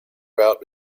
route